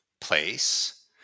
place